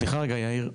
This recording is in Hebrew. סליחה, רגע, יאיר.